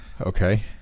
okay